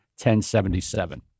1077